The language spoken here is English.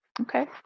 Okay